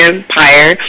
Empire